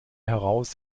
heraus